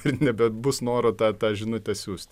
ir nebebus noro tą tą žinutę siųst